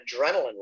adrenaline